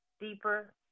deeper